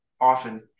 often